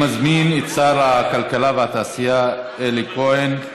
אני מזמין את שר הכלכלה והתעשייה אלי כהן,